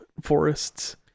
forests